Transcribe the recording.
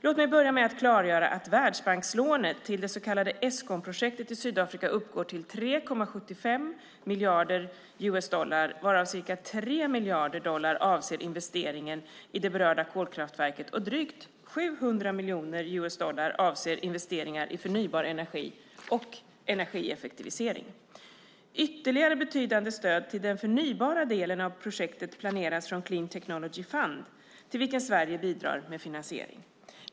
Låt mig börja med att klargöra att Världsbankslånet till det så kallade Eskomprojektet i Sydafrika uppgår till 3,75 miljarder USD, varav ca 3 miljarder USD avser investeringen i det berörda kolkraftverket och drygt 700 miljoner USD avser investeringar i förnybar energi och energieffektivisering. Ytterligare betydande stöd till den förnybara delen av projektet planeras från Clean Technology Fund till vilken Sverige bidrar med finansiering.